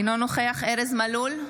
אינו נוכח ארז מלול,